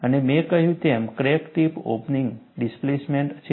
અને મેં કહ્યું તેમ ક્રેક ટિપ ઓપનિંગ ડિસ્પ્લેસમેન્ટ છે